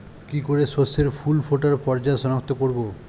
কি করে শস্যের ফুল ফোটার পর্যায় শনাক্ত করব?